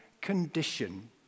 condition